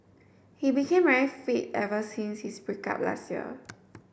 he became very fit ever since his break up last year